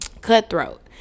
cutthroat